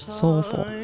soulful